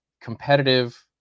competitive